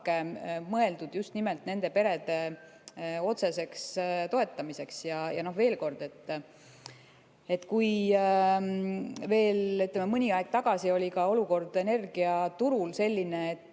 mõeldud just nimelt nende perede otseseks toetamiseks. Veel kord, kui veel mõni aeg tagasi oli olukord energiaturul selline, et